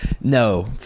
No